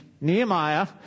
Nehemiah